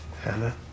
Hannah